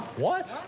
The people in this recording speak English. what?